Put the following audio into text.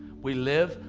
we live,